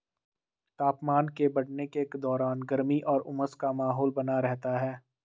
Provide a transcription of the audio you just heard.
तापमान के बढ़ने के दौरान गर्मी और उमस का माहौल बना रहता है